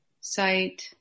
sight